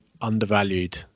undervalued